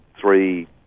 three